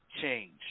change